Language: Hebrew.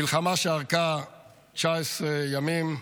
מלחמה שארכה 19 ימים,